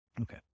Okay